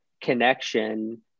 connection